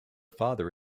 father